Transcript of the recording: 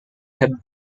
have